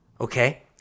Okay